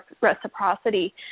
reciprocity